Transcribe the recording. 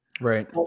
Right